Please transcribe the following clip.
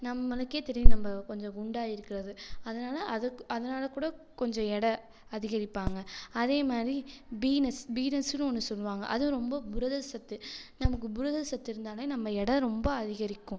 நம்மளுக்கே தெரியும் நம்ம கொஞ்சம் குண்டாயிருக்கிறது அதனால் அதுக் அதனால் கூட கொஞ்சம் எடை அதிகரிப்பாங்கள் அதே மாதிரி பீனஸ் பீனஸ்னு ஒன்று சொல்வாங்கள் அது ரொம்ப புரதச்சத்து நமக்கு புரதச்சத்து இருந்தாலே நம்ம எடை ரொம்ப அதிகரிக்கும்